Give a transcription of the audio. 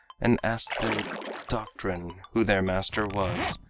and asked their doctrine, who their master was,